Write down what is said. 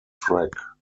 track